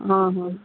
ಹಾಂ ಹಾಂ